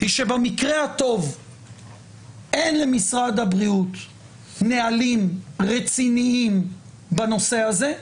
היא שבמקרה הטוב אין למשרד הבריאות נהלים רציניים בנושא הזה,